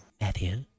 Matthew